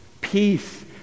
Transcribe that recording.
peace